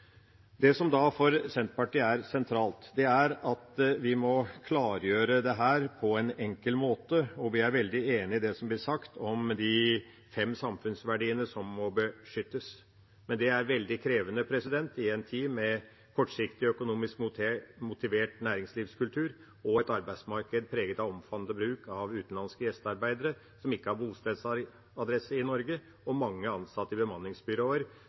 Det som er sentralt for Senterpartiet, er at vi må klargjøre dette på en enkel måte. Vi er veldig enig i det som blir sagt om de fem samfunnsverdiene som må beskyttes. Det er veldig krevende i en tid med en kortsiktig, økonomisk motivert næringslivskultur og et arbeidsmarked som er preget av en omfattende bruk av utenlandske gjestearbeidere som ikke har bostedsadresse i Norge, og mange ansatte i bemanningsbyråer,